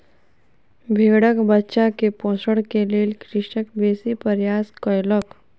भेड़क बच्चा के पोषण के लेल कृषक बेसी प्रयास कयलक